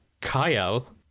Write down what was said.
Kyle